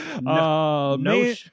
No